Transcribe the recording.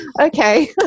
okay